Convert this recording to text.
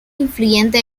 influyente